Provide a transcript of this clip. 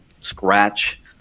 scratch